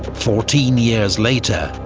fourteen years later,